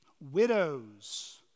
widows